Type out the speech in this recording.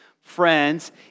friends